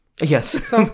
Yes